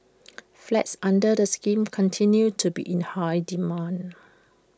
flats under the scheme continue to be in high demand